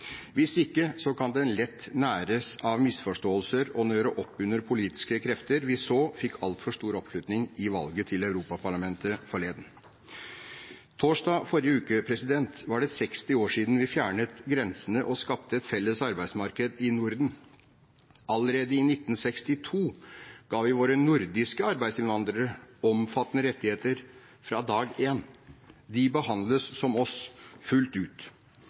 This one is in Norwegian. Hvis ikke kan den lett næres av misforståelser og nøre opp under politiske krefter som vi så fikk altfor stor oppslutning i valget til Europaparlamentet forleden. Torsdag i forrige uke var det 60 år siden vi fjernet grensene og skapte et felles arbeidsmarked i Norden. Allerede i 1962 ga vi våre nordiske arbeidsinnvandrere omfattende rettigheter fra dag én. De behandles som oss, fullt ut.